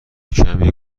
کمی